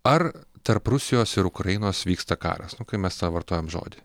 ar tarp rusijos ir ukrainos vyksta karas kai mes tą vartojam žodį